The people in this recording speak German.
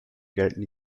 gelten